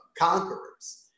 conquerors